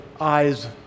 eyes